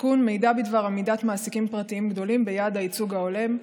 בדבר עמידת מעסיקים פרטיים גדולים ביעד הייצוג ההולם),